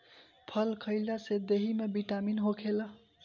फल खइला से देहि में बिटामिन होखेला